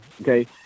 okay